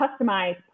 customize